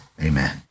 Amen